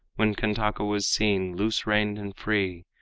when kantaka was seen loose-reined and free,